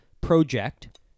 project